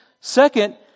Second